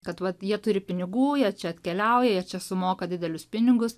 kad vat jie turi pinigų jie čia atkeliauja jie čia sumoka didelius pinigus